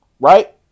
Right